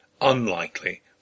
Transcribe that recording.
unlikely